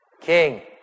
King